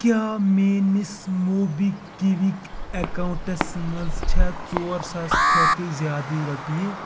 کیٛاہ میٛٲنِس MobiKwik accounts منٛز چھا ژور ساس کھۄتہٕ زِیٛادٕ رۄپیہِ